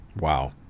Wow